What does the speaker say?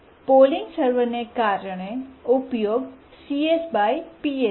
polling સર્વરને કારણે ઉપયોગ છે